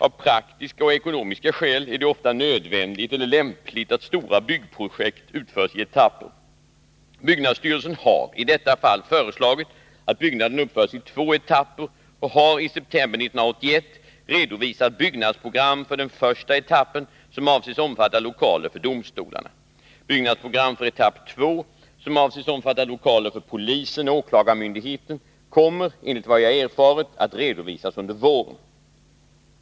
Av praktiska och ekonomiska skäl är det ofta nödvändigt eller lämpligt att stora byggprojekt utförs i etapper. Byggnadsstyrelsen har i detta fall föreslagit att byggnaden uppförs i två etapper och har i september 1981 redovisat byggnadsprogram för den första etappen, som avses omfatta lokaler för domstolarna. Byggnadsprogram för etapp 2, som avses omfatta lokaler för polisen och åklagarmyndigheten, kommer enligt vad jag erfarit att redovisas under våren.